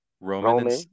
Roman